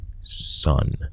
son